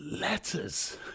letters